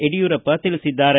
ಯಡಿಯೂರಪ್ಪ ತಿಳಿಸಿದ್ದಾರೆ